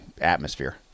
atmosphere